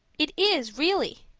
it is, really.